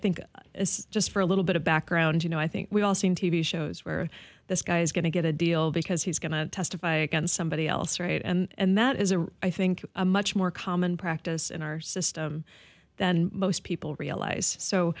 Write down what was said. think as just for a little bit of background you know i think we all seem t v shows where this guy's going to get a deal because he's going to testify against somebody else right and that is a i think a much more common practice in our system than most people realize so